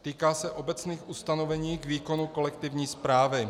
Týká se obecných ustanovení k výkonu kolektivní správy.